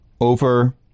over